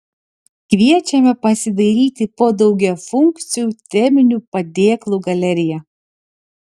kviečiame pasidairyti po daugiafunkcių teminių padėklų galeriją